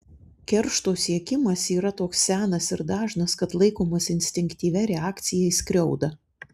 keršto siekimas yra toks senas ir dažnas kad laikomas instinktyvia reakcija į skriaudą